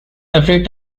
every